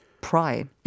pride